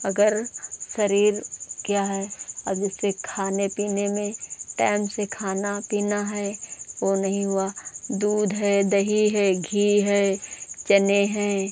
अगर शरीर क्या है अब उससे खाने पीने में टाएम से खाना पीना है ओ नहीं हुआ दूध है दही है घी है चने हैं